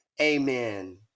amen